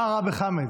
מה רע בחמד?